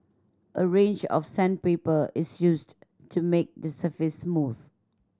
a range of sandpaper is used to make the surface smooth